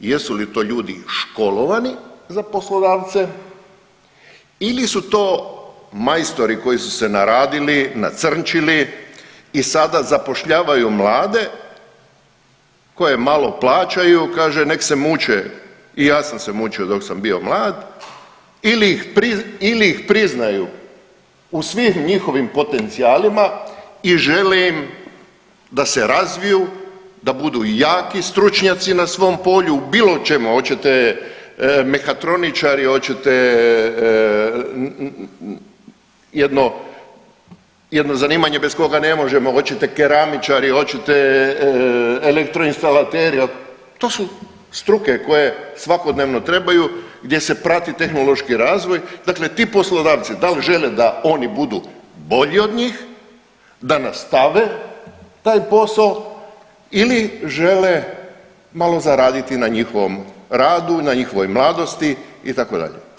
Jesu li to ljudi školovani za poslodavce ili su to majstori koji su se naradili, nacrnčili i sada zapošljavaju mlade koje malo plaćaju kaže nek se muče i ja sam se mučio dok sam bio mlad ili ih priznaju u svim njihovim potencijalima i žele im da se razviju, da budu jaki stručnjaci na svom polju, očete mehatroničari, očete jedno, jedno zanimanje bez koga ne možemo očete keramičari, očete elektroinstalateri to su struke koje svakodnevno trebaju gdje se prati tehnološki razvoj, dakle ti poslodavci da li žele da oni budu bolji od njih, da nastave taj posao ili žele malo zaraditi na njihovom radu, na njihovoj mladosti itd.